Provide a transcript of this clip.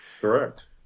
Correct